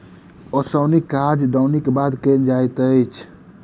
ओसौनीक काज दौनीक बाद कयल जाइत अछि